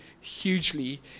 hugely